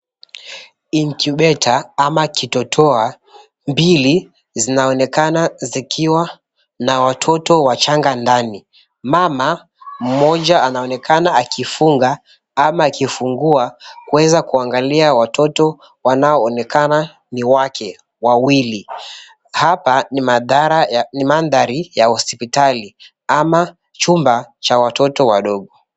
Incubator ama kitotowa mbili zinaonekana zikiwa na watoto wachanga ndani. Mama mmoja anaonekana akifunga ama akifungua kuweza kuangalia watoto wanaoonekana ni wake wawili. Hapa ni mandhari ya hospitali ama chumba cha watoto wadogo.